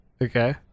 Okay